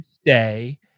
stay